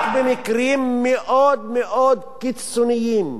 רק במקרים מאוד מאוד קיצוניים,